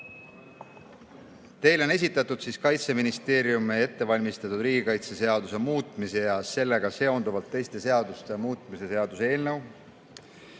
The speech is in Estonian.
on esitatud Kaitseministeeriumi ettevalmistatud riigikaitseseaduse muutmise ja sellega seonduvalt teiste seaduste muutmise seaduse eelnõu.